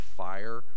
fire